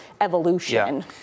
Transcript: evolution